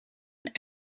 een